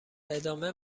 ادامه